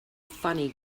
funny